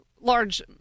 large